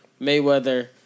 Mayweather